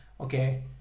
okay